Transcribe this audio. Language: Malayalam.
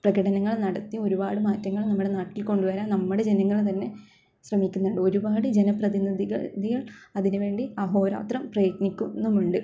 പ്രകടനങ്ങൾ നടത്തി ഒരുപാട് മാറ്റങ്ങൾ നമ്മുടെ നാട്ടിൽ കൊണ്ട് വരാൻ നമ്മുടെ ജനങ്ങൾ തന്നെ ശ്രമിക്കുന്നുണ്ട് ഒരുപാട് ജനപ്രതിനിധികൾ അതിന് വേണ്ടി അഹോരാത്രം പ്രയത്നിക്കുന്നുമുണ്ട്